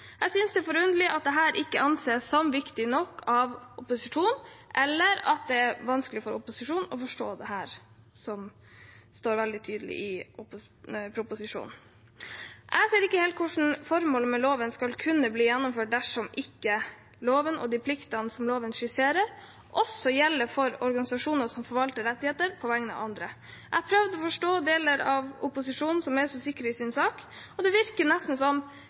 Jeg synes det er forunderlig at dette ikke anses som viktig nok av opposisjonen, eller at det er vanskelig for opposisjonen å forstå dette, som står veldig tydelig i proposisjonen. Jeg ser ikke helt hvordan formålet med loven skal kunne bli gjennomført dersom ikke loven og de pliktene som loven skisserer, også gjelder for organisasjoner som forvalter rettigheter på vegne av andre. Jeg prøvde å forstå deler av opposisjonen, som er så sikker i sin sak. Det virker nesten som